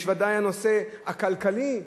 יש ודאי הנושא הכלכלי,